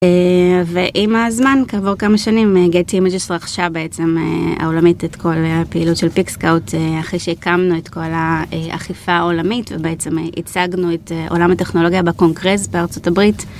ועם הזמן, כעבור כמה שנים, Gat Images רכשה בעצם העולמית את כל הפעילות של PicsCout אחרי שהקמנו את כל האכיפה העולמית ובעצם הצגנו את עולם הטכנולוגיה בקונקרז בארצות הברית.